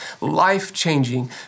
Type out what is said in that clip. life-changing